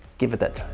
give it that